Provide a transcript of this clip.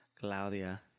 Claudia